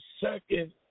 second